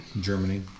Germany